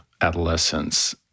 adolescence